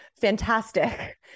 fantastic